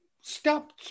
stop